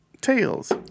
Tails